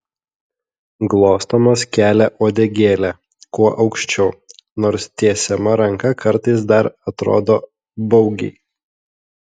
glostomas kelia uodegėlę kuo aukščiau nors tiesiama ranka kartais dar atrodo baugiai